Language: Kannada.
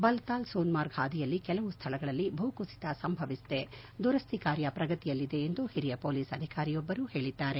ಬಲ್ತಾಲ್ ಸೋನ್ ಮಾರ್ಗ್ ಹಾದಿಯಲ್ಲಿ ಕೆಲವು ಸ್ಥಳಗಳಲ್ಲಿ ಭೂಕುಸಿತ ಸಂಭವಿಸಿದೆ ದುರಸ್ತಿ ಕಾರ್ಯ ಪ್ರಗತಿಯಲ್ಲಿದೆ ಎಂದು ಹಿರಿಯ ಪೊಲೀಸ್ ಅಧಿಕಾರಿಯೊಬ್ಬರು ಹೇಳಿದ್ದಾರೆ